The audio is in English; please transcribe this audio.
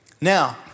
Now